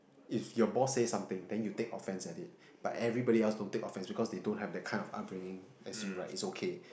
if your boss says something then you take offence at it but everybody else don't take offence because they don't have that kind of upbringing as you right it's okay